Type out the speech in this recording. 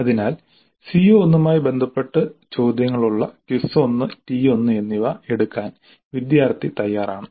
അതിനാൽ CO1 മായി ബന്ധപ്പെട്ട ചോദ്യങ്ങളുള്ള ക്വിസ് 1 ടി 1 എന്നിവ എടുക്കാൻ വിദ്യാർത്ഥി തയ്യാറാണ്